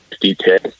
details